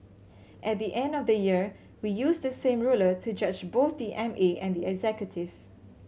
at the end of the year we use the same ruler to judge both the M A and the executive